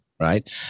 Right